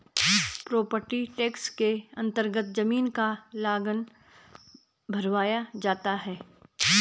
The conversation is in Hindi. प्रोपर्टी टैक्स के अन्तर्गत जमीन का लगान भरवाया जाता है